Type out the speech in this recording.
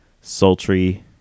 sultry